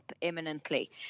imminently